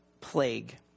plague